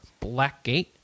Blackgate